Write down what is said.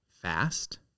fast